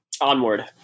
Onward